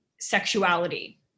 sexuality